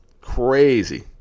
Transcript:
Crazy